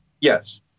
Yes